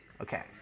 Okay